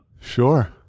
Sure